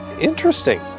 interesting